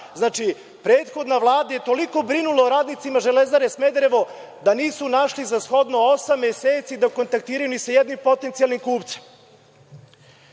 znači prethodna je toliko brinula o radnicima „Železare Smederevo“ da nisu našli za shodno osam meseci da kontaktiraju ni sa jednim potencijalnim kupcem.